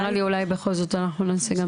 נראה לי אולי בכל זאת אנחנו נעשה גם